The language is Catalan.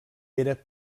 era